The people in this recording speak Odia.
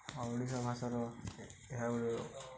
ଆମ ଓଡ଼ିଶା ଭାଷାର ଏହା ଗୁଟେ